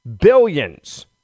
Billions